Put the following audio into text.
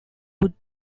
would